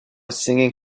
singing